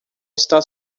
está